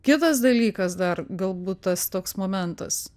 kitas dalykas dar galbūt tas toks momentas